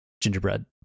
gingerbread